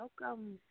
Welcome